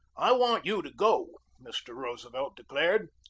i want you to go, mr. roosevelt declared.